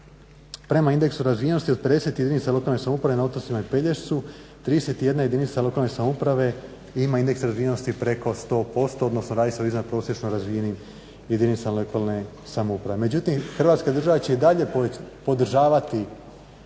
prema indeksu razvijenosti od 50 jedinica lokalne samouprave na otocima i Pelješcu 31 jedinica lokalne samouprave ima indeks razvijenosti preko 100% odnosno radi se o iznadprosječno razvijenim jedinicama lokalne samouprave. Međutim Hrvatska država će i dalje podržavati